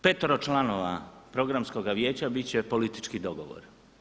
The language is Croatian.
Izbor petoro članova Programskoga vijeća bit će politički dogovor.